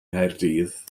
nghaerdydd